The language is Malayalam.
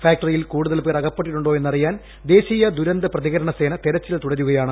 ഫാക്ടറിയിൽ കൂടുതൽ പേർ അകപ്പെട്ടിട്ടുണ്ടോ എന്നറിയാൻ ദേശീയ ദുരന്ത പ്രതികരണ സേന തെരച്ചിൽ തുടരുകയാണ്